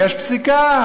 יש פסיקה,